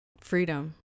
freedom